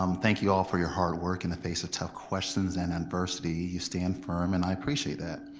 um thank you all for your hard work in the face of tough questions and adversity, you stand firm and i appreciate that.